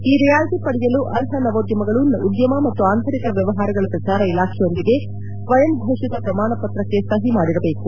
ಈ ರಿಯಾಯಿತಿ ಪಡೆಯಲು ಅರ್ಹ ನವೋದ್ಯಮಗಳು ಉದ್ಯಮ ಮತ್ತು ಆಂತರಿಕ ವ್ಯವಹಾರಗಳ ಪ್ರಚಾರ ಇಲಾಖೆಯೊಂದಿಗೆ ಸ್ವಯಂ ಘೋಷಿತ ಪ್ರಮಾಣ ಪತ್ರಕ್ಕೆ ಸಹಿ ಮಾಡಿರಬೇಕು